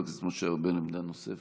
חבר הכנסת משה ארבל, עמדה נוספת.